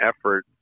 effort